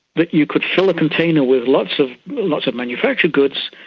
that you could fill a container with lots of lots of manufactured goods,